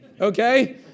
Okay